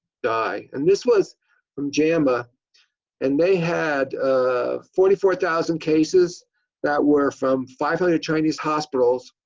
die. and this was from jama and they had ah forty four thousand cases that were from five hundred chinese hospitals.